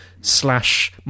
slash